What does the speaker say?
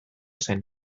zen